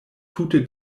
tute